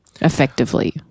effectively